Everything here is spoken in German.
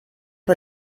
hat